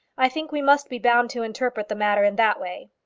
i think we must be bound to interpret the matter in that way.